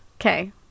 Okay